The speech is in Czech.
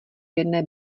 jedné